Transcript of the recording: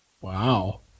Wow